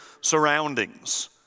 surroundings